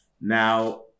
Now